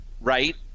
right